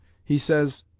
he says,